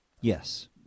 yes